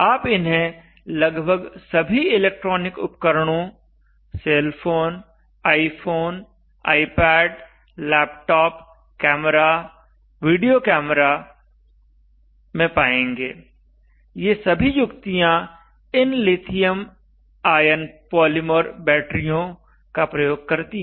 आप इन्हें लगभग सभी इलेक्ट्रॉनिक उपकरणों cell phone iPhone iPad laptop camera video camera में पाएंगे ये सभी युक्तियां इन लिथियम आयन पॉलीमर बैटरियों का प्रयोग करती हैं